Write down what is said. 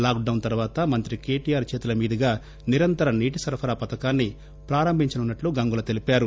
lock down తరువాత ముంత్రి కేటీఆర్ చేతుల మీదుగా నిరంతర నీటి సరఫరా పథకాన్ని ప్రారంభించనున్నట్టు గంగుల తెలిపారు